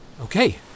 Okay